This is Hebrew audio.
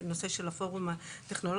המסקנות וההחלטות של פורום טכנולוגיות